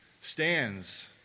stands